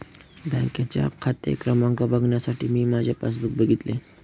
बँकेचा खाते क्रमांक बघण्यासाठी मी माझे पासबुक बघितले